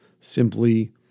simply